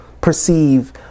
perceive